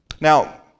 Now